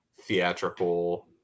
theatrical